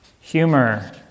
humor